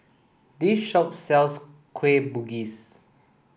this shop sells Kueh Bugis